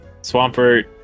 Swampert